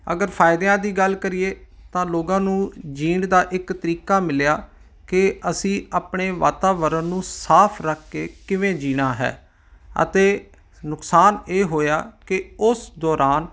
ਅਗਰ ਫਾਇਦਿਆਂ ਦੀ ਗੱਲ ਕਰੀਏ ਤਾਂ ਲੋਕਾਂ ਨੂੰ ਜੀਣ ਦਾ ਇੱਕ ਤਰੀਕਾ ਮਿਲਿਆ ਕਿ ਅਸੀਂ ਆਪਣੇ ਵਾਤਾਵਰਨ ਨੂੰ ਸਾਫ਼ ਰੱਖ ਕੇ ਕਿਵੇਂ ਜੀਣਾ ਹੈ ਅਤੇ ਨੁਕਸਾਨ ਇਹ ਹੋਇਆ ਕਿ ਉਸ ਦੌਰਾਨ